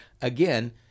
Again